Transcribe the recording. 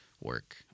work